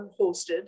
hosted